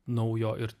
naujo ir